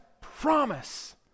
promise